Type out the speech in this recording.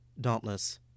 Dauntless